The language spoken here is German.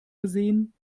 gesehen